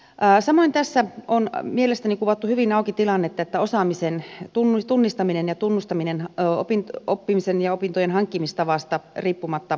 samoin tässä on mielestäni kuvattu hyvin auki tilannetta että osaamisen tunnistaminen ja tunnustaminen oppimisen ja opintojen hankkimistavasta riippumatta joustavoituu